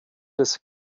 des